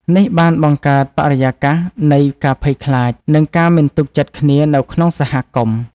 នេះបានបង្កើតបរិយាកាសនៃការភ័យខ្លាច និងការមិនទុកចិត្តគ្នានៅក្នុងសហគមន៍។